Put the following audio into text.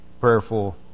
prayerful